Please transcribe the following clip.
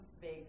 big